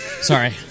Sorry